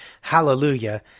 Hallelujah